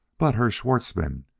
but, herr schwartzmann,